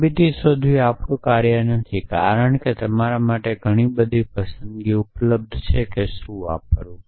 સાબિતી શોધવી એ આપણું કાર્ય નથી કારણ કે તમારા માટે ઘણી બધી પસંદગી ઉપલબ્ધ છે કે શું વાપરવું